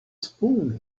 spoon